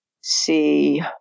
See